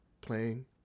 playing